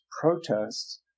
protests